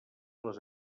les